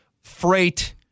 freight